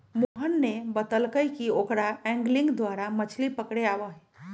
मोहन ने बतल कई कि ओकरा एंगलिंग द्वारा मछ्ली पकड़े आवा हई